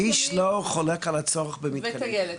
וטיילת.